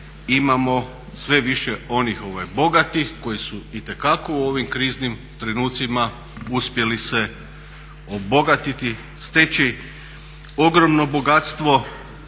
imamo sve više onih bogatih koji su itekako u ovim kriznim trenucima uspjeli se obogatiti, steći ogromno bogatstvo